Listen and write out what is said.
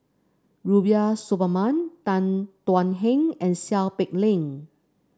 Rubiah Suparman Tan Thuan Heng and Seow Peck Leng